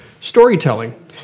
storytelling